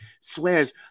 swears